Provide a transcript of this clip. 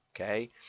Okay